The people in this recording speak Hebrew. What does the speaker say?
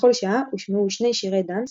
בכל שעה הושמעו שני שירי דאנס,